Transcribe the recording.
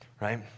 right